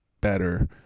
better